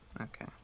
okay